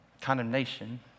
Condemnation